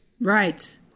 Right